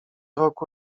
roku